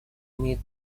имеют